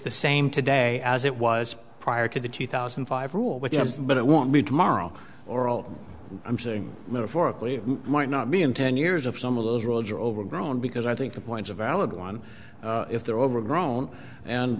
the same today as it was prior to the two thousand and five rule with us but it won't be tomorrow or all i'm saying metaphorically might not be in ten years of some of those rules or overgrown because i think the points are valid one if they're overgrown and